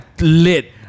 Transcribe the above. lit